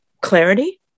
Clarity